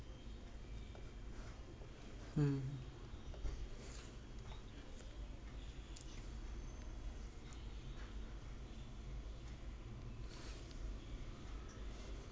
hmm